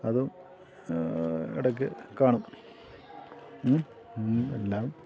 അതും ഇടയ്ക്ക് കാണും എല്ലാം